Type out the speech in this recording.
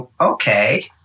Okay